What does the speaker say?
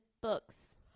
books